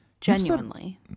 Genuinely